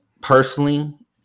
Personally